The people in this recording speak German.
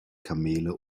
kamele